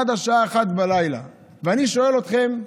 עד השעה 01:00. אני שואל אתכם: